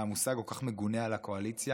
המושג הכל-כך מגונה על הקואליציה.